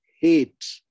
hate